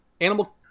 Animal